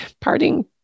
parting